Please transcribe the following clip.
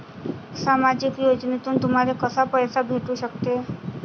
सामाजिक योजनेतून तुम्हाले कसा पैसा भेटू सकते?